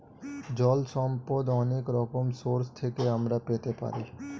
জল সম্পদ অনেক রকম সোর্স থেকে আমরা পেতে পারি